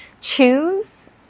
choose